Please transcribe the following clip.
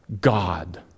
God